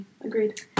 agreed